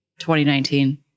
2019